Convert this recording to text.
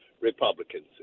Republicans